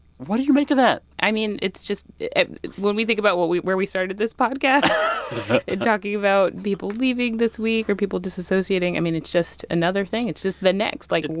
what do you make of that? i mean, it's just when we think about what we where we started this podcast. and talking about people leaving this week or people disassociating, i mean, it's just another thing. it's just the next. like, and